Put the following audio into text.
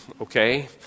Okay